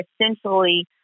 essentially